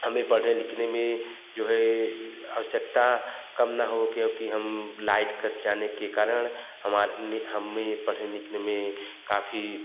हमें पढ़ने लिखने में जो है आवश्यकता कम ना हो क्योंकि हम लाइट कट जाने के कारण हमारी हमें पढ़ने लिखने में काफ़ी